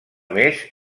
més